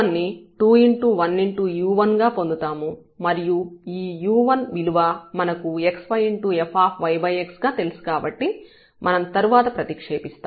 u1 గా పొందుతాము మరియు ఈ u1 విలువ మనకు xyfyx గా తెలుసు కాబట్టి మనం తరువాత ప్రతిక్షేపిస్తాము